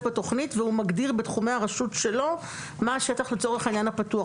בתוכנית והוא מגדיר בתחומי הרשות שלו מה לצורך העניין השטח הפתוח,